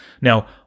Now